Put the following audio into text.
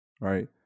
right